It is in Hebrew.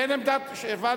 אין עמדת ממשלה, הבנתי.